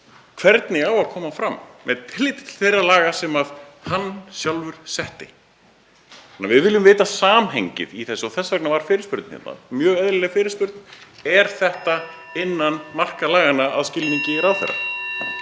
hvernig á að koma fram með tilliti til þeirra laga sem hann sjálfur setti. Við viljum vita samhengið í þessu. Þess vegna var fyrirspurnin bara mjög eðlileg. Er þetta innan marka laganna að skilningi ráðherra?